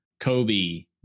Kobe